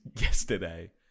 yesterday